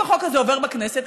אם החוק הזה עובר בכנסת,